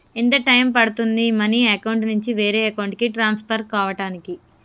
ఎంత టైం పడుతుంది money account నుంచి వేరే అకౌంట్ కి ట్రాన్స్ఫర్ కావటానికి?